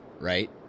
right